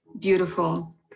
beautiful